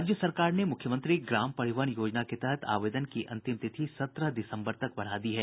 राज्य सरकार ने मुख्यमंत्री ग्राम परिवहन योजना के तहत आवेदन की अंतिम तिथि सत्रह दिसम्बर तक बढ़ा दी है